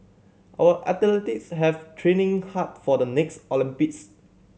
our have training hard for the next Olympics